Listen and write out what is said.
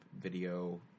video